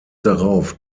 darauf